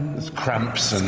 cramps